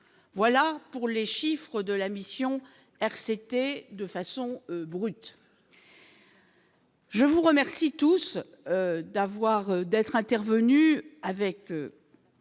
voilà pour les chiffres de la mission RCT de façon brute. Je vous remercie tous d'avoir, d'être intervenu avec